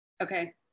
Okay